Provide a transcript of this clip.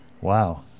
Wow